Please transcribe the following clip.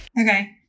Okay